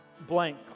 blank